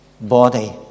body